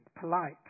polite